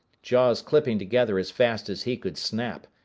jaws clipping together as fast as he could snap,